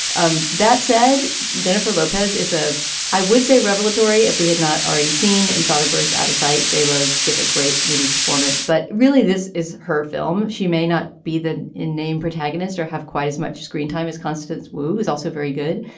um that said jennifer lopez is a i would say revelatory if we had not already seen in soderbergh's out of sight. j lo give a great movie performance but really this is her film. she may not be the name protagonist or have quite as much screen time as constance wu who's also very good.